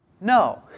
No